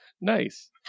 Nice